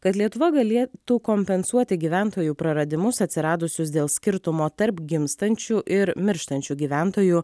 kad lietuva galėtų kompensuoti gyventojų praradimus atsiradusius dėl skirtumo tarp gimstančių ir mirštančių gyventojų